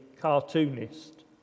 cartoonist